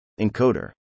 Encoder